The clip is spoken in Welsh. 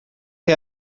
chi